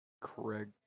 Craig